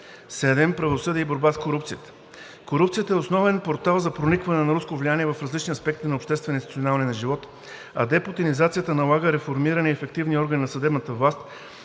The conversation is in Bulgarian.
7. Правосъдие и борба с корупцията: корупцията е основен портал за проникване на руско влияние в различни аспекти на обществения и институционалния ни живот, а депутинизацията налага реформиране и ефективни органи на съдебната власт,